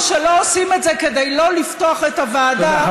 שלא עושים את זה כדי לא לפתוח את הוועדה,